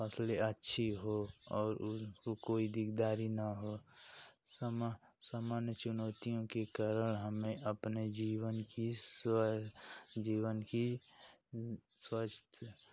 फसलें अच्छी हो और उनको कोई दिगदारी ना हो समा सामान्य चुनौतियों के कारण हमें अपने जीवन की स्वयं जीवन की स्वस्थ